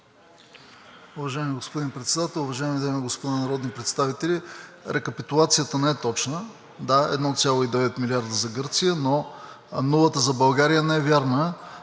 Уважаеми господин Председател, уважаеми дами и господа народни представители! Рекапитулацията не е точна – да, 1,9 млрд. евро за Гърция, но нулата за България не е вярна,